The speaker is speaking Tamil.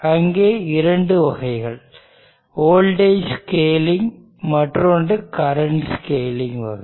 அங்கே இரண்டு வகைகள் வோல்டேஜ் ஸ்கேலிங் மற்றொன்று கரண்ட் ஸ்கேலிங் வகை